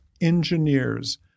engineers